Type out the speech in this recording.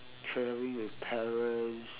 traveling with parents